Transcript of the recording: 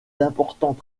d’importants